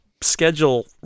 schedule